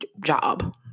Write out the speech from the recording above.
job